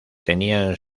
tenían